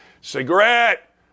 Cigarette